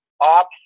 ops